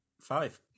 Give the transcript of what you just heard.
Five